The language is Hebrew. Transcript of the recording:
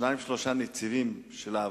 שניים-שלושה נציבים של העבר,